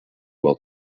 while